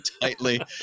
tightly